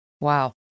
Wow